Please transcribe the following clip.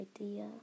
idea